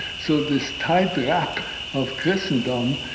so this tight wrap of christendom,